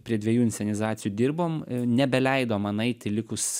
prie dvejų inscenizacijų dirbom nebeleido man eiti likus